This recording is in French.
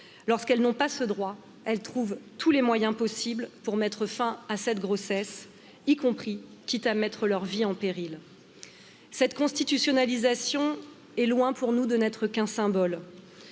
lorsqu'elles n'ont pas ce droit elles trouvent tous les moyens possibles pour mettre fin à cette grossesse y compris quitte à mettre vie en péril. Cette constitutionnalisation est loin, pour nous, de n'être qu'un symbole